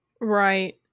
Right